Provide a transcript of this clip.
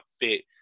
fit